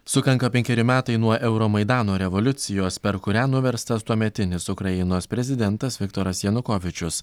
sukanka penkeri metai nuo euromaidano revoliucijos per kurią nuverstas tuometinis ukrainos prezidentas viktoras janukovyčius